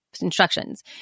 instructions